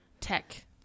tech